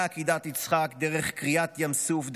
מעקדת יצחק דרך קריעת ים סוף,